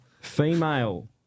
Female